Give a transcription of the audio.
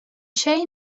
şey